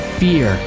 fear